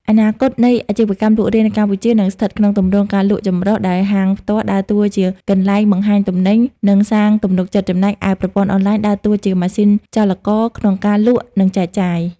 អនាគតនៃអាជីវកម្មលក់រាយនៅកម្ពុជានឹងស្ថិតក្នុងទម្រង់ ការលក់ចម្រុះ ដែលហាងផ្ទាល់ដើរតួជាកន្លែងបង្ហាញទំនិញ និងសាងទំនុកចិត្ត ចំណែកឯប្រព័ន្ធអនឡាញដើរតួជាម៉ាស៊ីនចលករក្នុងការលក់ និងចែកចាយ។